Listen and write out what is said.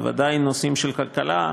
בוודאי נושאים של כלכלה,